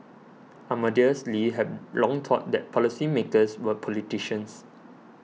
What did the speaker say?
Amadeus Lee have long thought that policymakers were politicians